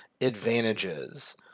advantages